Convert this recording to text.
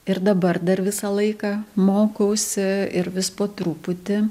ir dabar dar visą laiką mokausi ir vis po truputį